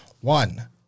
One